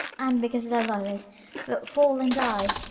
and because thou lovest, wilt fall and die!